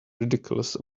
ridiculous